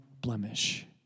blemish